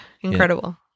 Incredible